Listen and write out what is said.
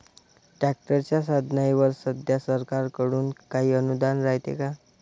ट्रॅक्टरच्या साधनाईवर सध्या सरकार कडून काही अनुदान रायते का?